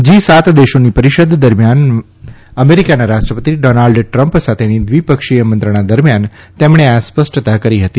જી સાત દેશોની પરિષદ દરમિથાના અમેરિકાના રાષ્ટ્રપતિ ડોનલ્ડ ટ્રમ્પ સાથેની દ્વિપક્ષી મંત્રણા દરમિયાન તેમણે આ સ્પષ્ટતા કરી હતી